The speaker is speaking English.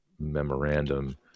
memorandum